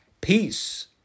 Peace